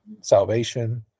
salvation